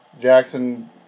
Jackson